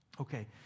Okay